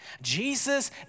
Jesus